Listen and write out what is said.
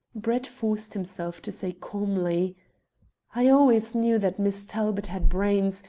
brett forced himself to say calmly i always knew that miss talbot had brains,